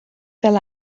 fel